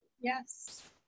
yes